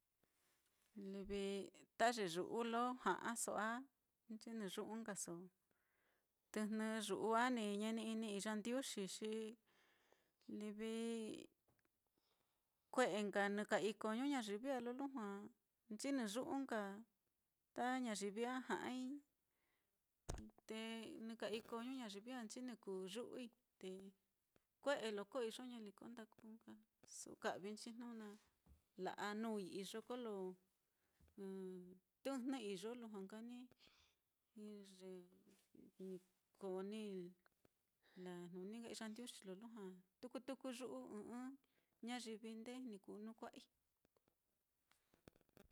Livi ta ye yu'u lo ja'aso á, nchinɨ yu'u nkaso, tɨjnɨ yu'u á ni ñeni-ini iyandiuxi, xi livi kue'e nka nɨ ka iko ñuñayivi á, lo lujua nchinɨ yu'u nka ta ñayivi á ja'ai, te nɨ ka iko ñuñayivi á, nchinɨ yu'ui, te kue'e loko iyo ñaliko ndaku nka su'u ka'vi nchi jnu na la'a nuui iyo kolo tɨjnɨ iyo, lujua nka ni ko ni lajnuni nka iyandiuxi lo lujua tuku tuku yu'u ɨ́ɨ́n ɨ́ɨ́n ñayivi ndee ni kuu nu kua'ai.